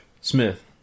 Smith